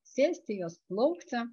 sėsti į juos plaukti